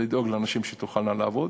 לדאוג לנשים שתוכלנה לעבוד,